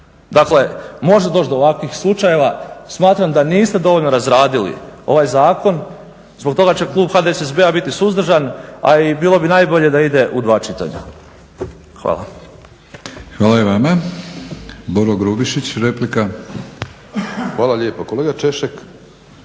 Dakle, može doći do ovakvih slučajeva. Smatram da niste dovoljno razradili ovaj zakon, zbog toga će Klub HDSSB-a biti suzdržan a i bilo bi najbolje da ide u dva čitanja. Hvala. **Batinić, Milorad (HNS)** Hvala i vama.